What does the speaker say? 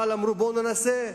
אבל אמרו, בואו ננסה,